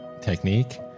technique